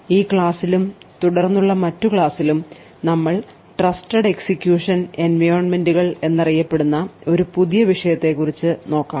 ഈ പ്രഭാഷണത്തിലും തുടർന്നുള്ള മറ്റ് പ്രഭാഷണങ്ങളിലും നമ്മൾ ട്രസ്റ്റഡ് എക്സിക്യൂഷൻ എൻവയോൺമെന്റുകൾ എന്നറിയപ്പെടുന്ന ഒരു പുതിയ വിഷയത്തെ കുറിച്ച് നോക്കാം